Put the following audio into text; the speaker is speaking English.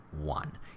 one